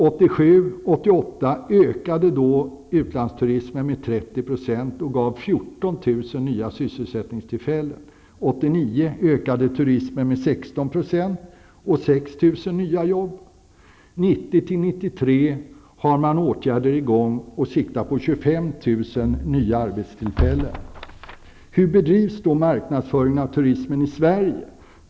1987/88 ökade utlandsturismen med 30 % och gav 14 000 nya sysselsättningstillfällen. 1989 ökade turismen med 16 %. Det gav 6 000 nya jobb. För 1990--1993 har man åtgärder i gång och siktar på 25 000 nya arbetstillfällen. Hur bedrivs då marknadsföringen av turismen i Sverige?